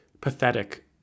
pathetic